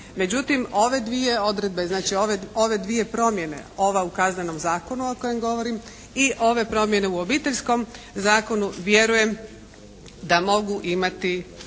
Međutim ove dvije odredbe znači ove dvije promjene, ova u Kaznenom zakonu o kojem govorim i ove promjene u Obiteljskom zakonu vjerujem da mogu imati